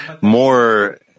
more